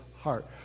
heart